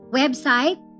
website